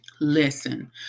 Listen